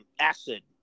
acid